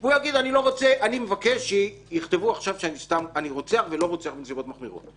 הוא יגיד: אני מבקש שיכתבו עכשיו שאני רוצח ולא רוצח בנסיבות מחמירות.